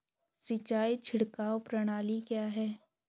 सिंचाई छिड़काव प्रणाली क्या है?